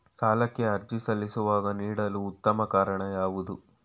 ಸಾಲಕ್ಕೆ ಅರ್ಜಿ ಸಲ್ಲಿಸುವಾಗ ನೀಡಲು ಉತ್ತಮ ಕಾರಣ ಯಾವುದು?